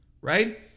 right